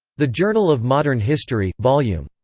the journal of modern history, vol. yeah um